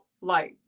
light